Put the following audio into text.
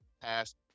past